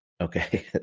Okay